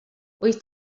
wyt